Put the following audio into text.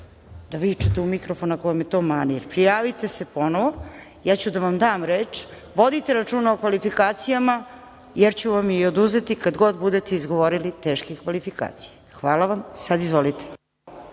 da vičete u mikrofon ako vam je to manir. Prijavite se ponovo, ja ću da vam dam reč, vodite računa o kvalifikacijama, jer ću vam je i oduzeti kad god budete izgovorili teške kvalifikacije. Hvala vam i sada izvolite.